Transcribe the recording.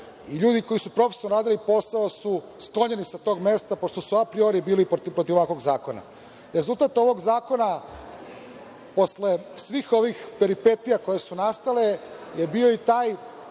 ljudi koji su profesionalno radili posao su sklonjeni sa tog mesta, pošto su apriori bili protiv ovakvog zakona. Rezultat ovog Zakona, posle svih ovih peripetija koje su nastale, je bio i taj